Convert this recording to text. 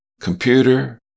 computer